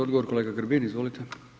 Odgovor, kolega Grbin, izvolite.